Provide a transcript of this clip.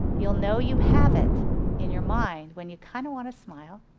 you'll know you have it in your mind when you kinda want to smile,